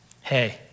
hey